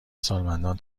سالمندان